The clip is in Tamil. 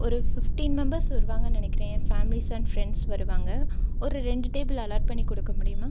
ஒரு பிஃப்டீன் மெம்பர்ஸ் வருவாங்க நினைக்கறேன் ஃபேமிலலீஸ் அண்ட் ஃபிரண்ட்ஸ் வருவாங்க ஒரு ரெண்டு டேபிள் அல்லாட் பண்ணிக் கொடுக்க முடியுமா